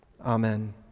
Amen